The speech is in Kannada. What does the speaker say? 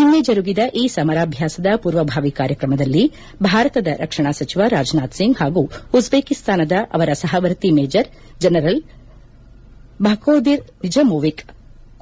ನಿನ್ನೆ ಜರುಗಿದ ಈ ಸಮರಾಭ್ಯಾಸದ ಪೂರ್ವಭಾವಿ ಕಾರ್ಯಕ್ರಮದಲ್ಲಿ ಭಾರತದ ರಕ್ಷಣಾ ಸಚಿವ ರಾಜನಾಥ್ಸಿಂಗ್ ಹಾಗೂ ಉಜ್ವೇಕಿಸ್ತಾನದ ಅವರ ಸಹವರ್ತಿ ಮೇಜರ್ ಜನರಲ್ ಭಚೋದಿರ್ ನಿಜಮೊವಿಕ್